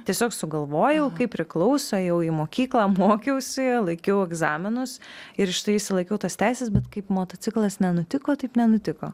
tiesiog sugalvojau kaip priklauso ėjau į mokyklą mokiausi laikiau egzaminus ir štai išsilaikiau tas teises bet kaip motociklas nenutiko taip nenutiko